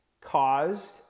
caused